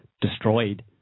destroyed